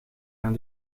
aan